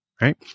Right